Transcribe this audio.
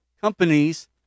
companies